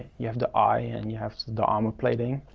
you have the eye and you have the armor plating,